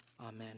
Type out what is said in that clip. Amen